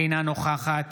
אינה נוכחת